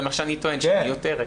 אני טוען שהיא מיותרת.